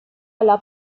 alla